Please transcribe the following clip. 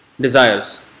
desires